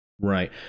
Right